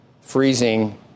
freezing